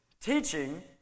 teaching